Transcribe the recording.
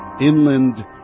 Inland